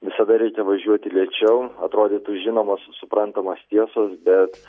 visada reikia važiuoti lėčiau atrodytų žinomos suprantamos tiesos bet